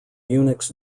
unix